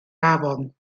afon